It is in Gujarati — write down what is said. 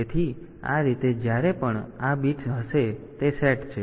તેથી આ રીતે જ્યારે પણ આ બીટ હશે તે સેટ છે